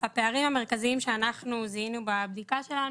הפערים המרכזיים שאנחנו זיהינו בבדיקה שלנו